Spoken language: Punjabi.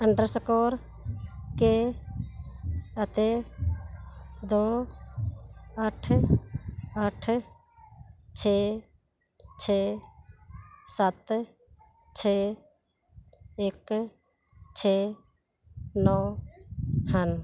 ਅੰਡਰਸਕੋਰ ਕੇ ਅਤੇ ਦੋ ਅੱਠ ਅੱਠ ਛੇ ਛੇ ਸੱਤ ਛੇ ਇੱਕ ਛੇ ਨੌ ਹਨ